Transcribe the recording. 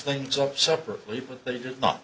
things up separately but they did not